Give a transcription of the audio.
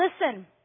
Listen